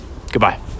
Goodbye